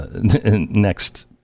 next